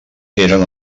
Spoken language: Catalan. eren